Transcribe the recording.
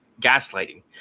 gaslighting